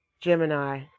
Gemini